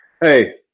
Hey